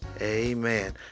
Amen